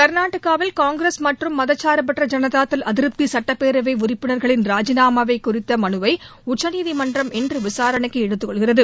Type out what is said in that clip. கா்நாடகாவில் Congress மற்றும் மத சார்பற்ற ஜனதா தள அதிருப்தி சுட்டப்பேரவை உறுப்பினர்களின் ராஜினாமா குறித்த மனுவை உச்சநீதிமன்றம் இன்று விசாரணைக்கு எடுத்துக்கொள்கிறது